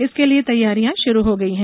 इसके लिए तैयारियां शुरू हो गई हैं